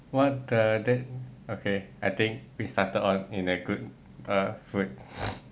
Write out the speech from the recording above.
what the then okay I think we started on in a good err foot